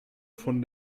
von